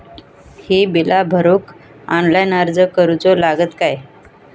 ही बीला भरूक ऑनलाइन अर्ज करूचो लागत काय?